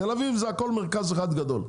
תל אביב זה הכל מרכז אחד גדול,